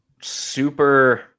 super